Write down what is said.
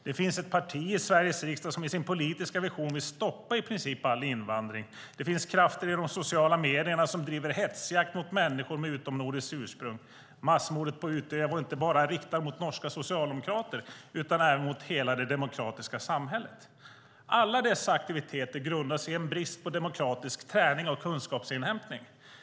I Sveriges riksdag finns det ett parti som i sin politiska vision vill stoppa i princip all invandring. I de sociala medierna finns det krafter som bedriver hetsjakt mot människor med utomnordiskt ursprung. Massmordet på Utøya var riktat inte bara mot norska socialdemokrater utan även mot hela det demokratiska samhället. Alla dessa aktiviteter grundas i en brist på demokratisk träning och kunskapsinhämtning.